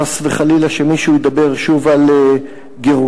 חס וחלילה שמישהו ידבר שוב על גירושם.